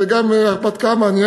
אז זו גם הרפתקה מעניינת.